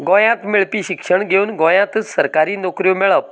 गोंयांत मेळपी शिक्षण घेवन गोंयांतच सरकारी नोकऱ्यो मेळप